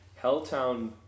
Helltown